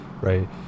right